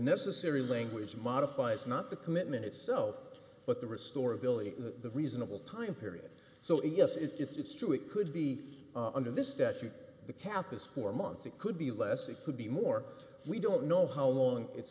necessary language modifies not the commitment itself but the restore ability to reasonable time period so if it's true it could be under this statute the cap is four months it could be less it could be more we don't know how long it's